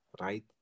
right